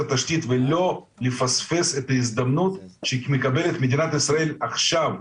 תשתית ולא לפספס את ההזדמנות שמקבלת מדינת ישראל עכשיו,